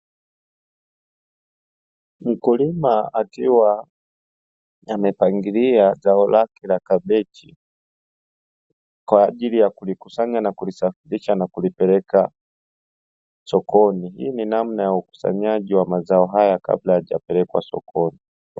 Mkulima akiwa amepangilia zao lake la kabichi kwa ajili ya kulikusanya na kulisafirisha na kulipeleka sokoni, hii ni namna ya ukusanyaji wa mazao haya kabla hayajapelekwa sokoni.